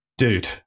Dude